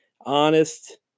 honest